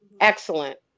Excellent